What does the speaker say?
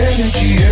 Energy